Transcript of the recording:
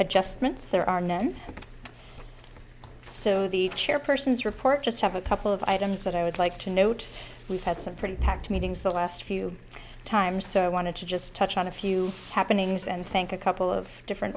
adjustments there are none so the chairpersons report just have a couple of items that i would like to note we've had some pretty packed meetings the last few times so i want to just touch on a few happenings and think a couple of different